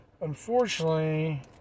unfortunately